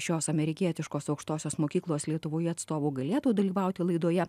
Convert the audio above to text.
šios amerikietiškos aukštosios mokyklos lietuvoje atstovų galėtų dalyvauti laidoje